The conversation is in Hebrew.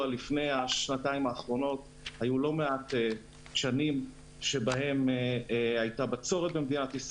היו לא מעט שנים שסבלנו מבצורת,